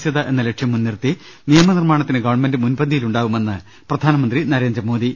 സൃത എന്ന ലക്ഷ്യം മുൻനിർത്തി നിയമനിർമ്മാണത്തിന് ഗവൺമെന്റ് മുൻപന്തിയിലുണ്ടാവുമെന്ന് പ്രധാനമന്ത്രി നരേന്ദ്രമോദി